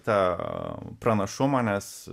tą pranašumą nes